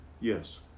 Yes